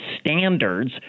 standards